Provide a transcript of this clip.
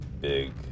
big